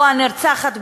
או הנרצחת,